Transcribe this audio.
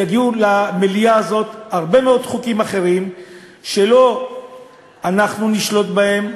יגיעו למליאה הזאת הרבה מאוד חוקים אחרים שלא אנחנו נשלוט בהם,